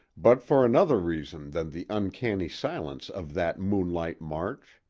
but for another reason than the uncanny silence of that moonlight march.